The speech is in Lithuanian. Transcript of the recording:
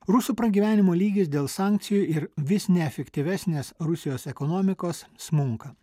rusų pragyvenimo lygis dėl sankcijų ir vis neefektyvesnės rusijos ekonomikos smunka